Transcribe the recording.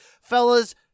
Fellas